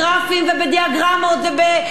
ובדיאגרמות ובכל מיני צמיחות.